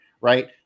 Right